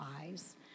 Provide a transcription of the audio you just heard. eyes